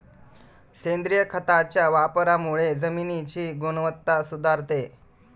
सेंद्रिय खताच्या वापरामुळे जमिनीची गुणवत्ता सुधारते